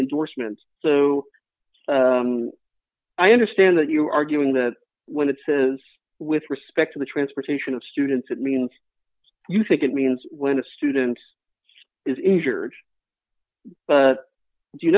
endorsements so i understand that you're arguing that when it says with respect to the transportation of students it means you think it means when a student is injured do you